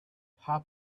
hop